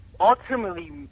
ultimately